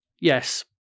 yes